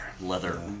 leather